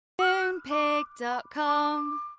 Moonpig.com